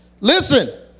Listen